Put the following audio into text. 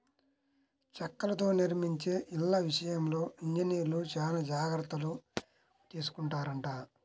చెక్కలతో నిర్మించే ఇళ్ళ విషయంలో ఇంజనీర్లు చానా జాగర్తలు తీసుకొంటారంట